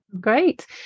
great